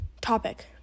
Topic